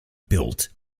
built